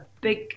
big